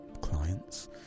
clients